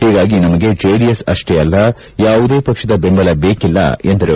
ಹೀಗಾಗಿ ನಮಗೆ ಜೆಡಿಎಸ್ ಅಷ್ಷೇ ಅಲ್ಲ ಯಾವುದೇ ಪಕ್ಷದ ದೆಂಬಲ ಬೇಕಿಲ್ಲ ಎಂದರು